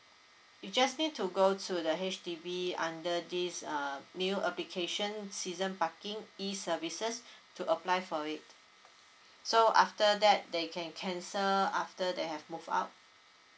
you just need to go to the H_D_B under this uh new application season parking E services to apply for it so after that they can cancel after they have move out